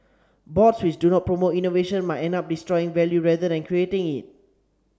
boards which do not promote innovation might end up destroying value rather than creating it